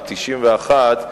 ב-1991,